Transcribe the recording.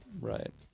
Right